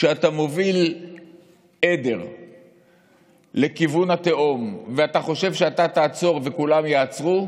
כשאתה מוביל עדר לכיוון התהום ואתה חושב שאתה תעצור וכולם יעצרו,